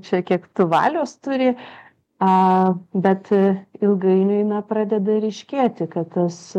čia kiek tu valios turi a bet ilgainiui pradeda ryškėti kad tas